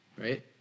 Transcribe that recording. right